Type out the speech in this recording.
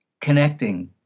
connecting